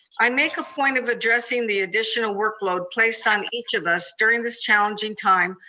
i make a point of addressing the additional workload placed on each of us during this challenging time,